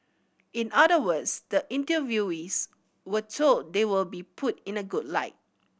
in other words the interviewees were told they will be put in a good light